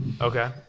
Okay